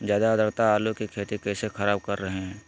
ज्यादा आद्रता आलू की खेती कैसे खराब कर रहे हैं?